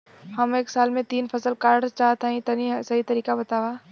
हम एक साल में तीन फसल काटल चाहत हइं तनि सही तरीका बतावा?